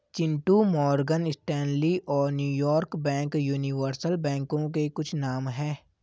Chintu Morgan Stanley और New York bank universal बैंकों के कुछ नाम है